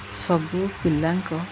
ସବୁ ପିଲାଙ୍କ